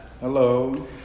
Hello